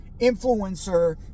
influencer